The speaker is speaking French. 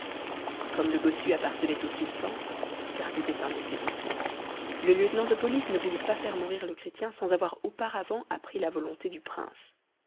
comme le bossu appartenait au sultan car c'était un de ses bouffons le lieutenant de police ne voulut pas faire mourir le chrétien sans avoir auparavant appris la volonté du prince